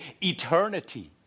eternity